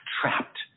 trapped